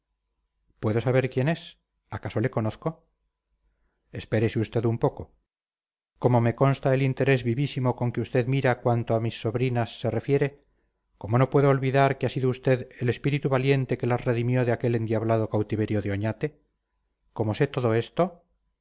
puedo saber quién es acaso le conozco espérese usted un poco como me consta el interés vivísimo con que usted mira cuanto a mis sobrinas se refiere como no puedo olvidar que ha sido usted el espíritu valiente que las redimió de aquel endiablado cautiverio de oñate como sé todo esto